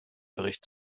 bericht